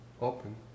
open